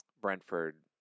Brentford